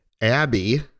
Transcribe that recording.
Abby